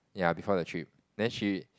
ya before the trip then she